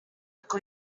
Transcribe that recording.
con